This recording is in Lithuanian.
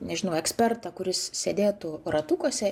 nežinau ekspertą kuris sėdėtų ratukuose